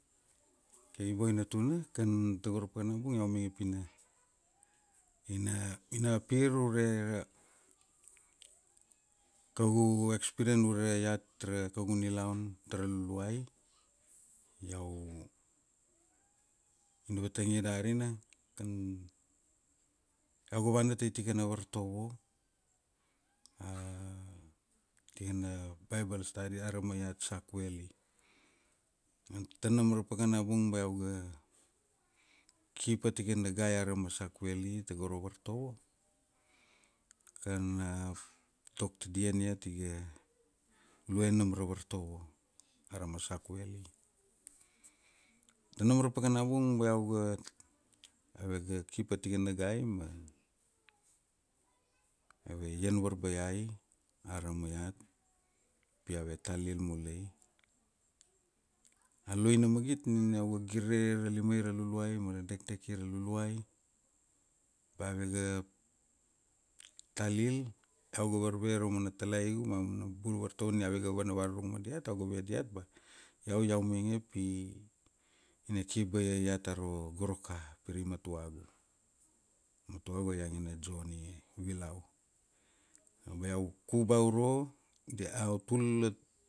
Okei boina tuna, kan tago ra pakanabung iau mainge pina ina, ina pir ure ra kaugu expirian ure iat ra kaugu nilaun tara luluai, iau ina vatang ia darina, kan iau ga vana tai tikana vartovo, tikana baibel stadi arama iat sak-veli. Tanam ra pakana bung ba iau ga ki pa tikana gai arama sak-veli tago ra vartovo, kan a dokta dian iat iga lue nam ra vartovo arama sak-veli. Tanam ra pakana bung ba iau ga, ave ga ki pa tikana gai ma ave ian varbaiai arama iat pi ave talil mulai, aluaina magit nina iau ga gire ra limai ra lululai mara dekdeki ra luluai ba ave ga talil, iau ga varve raumana talaigu ma aumana bul vartovo nina ave ga vana varurug ma diat iau ga ve diat ba iau iau mainge pi ina ki pa ia iat aro Goroka pirai matuagu, matuagu aiangina Joni Vilau, ma iau kuba uro diautula.